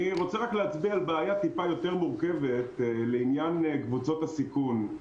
אני רוצה להצביע על בעיה טיפה יותר מורכבת לעניין קבוצות הסיכון.